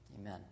Amen